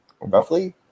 roughly